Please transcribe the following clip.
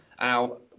Now